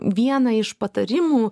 vieną iš patarimų